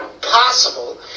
possible